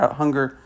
hunger